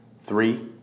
Three